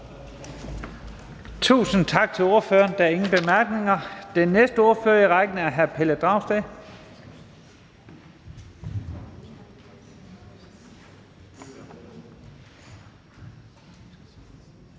Tusind tak til ordføreren. Der er ingen korte bemærkninger. Den næste ordfører i rækken er hr. Pelle Dragsted.